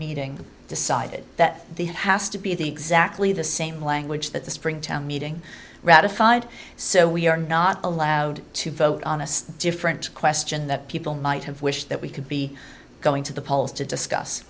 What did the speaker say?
meeting decided that the has to be the exactly the same language that the springtown meeting ratified so we are not allowed to vote on a different question that people might have wished that we could be going to the polls to discuss